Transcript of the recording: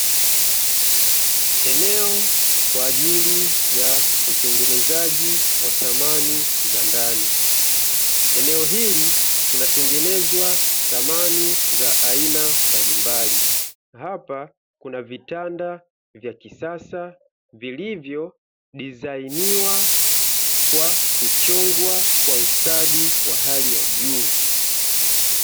Eneo kwa ajili ya utengenezaji wa samani za ndani. Eneo hili kunatengenezwa samani za aina mbalimbali, hapa kuna vitanda vya kisasa vilivyo dizainiwa kwa kuchongwa kwa ustadi wa hali ya juu.